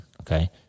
okay